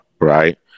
right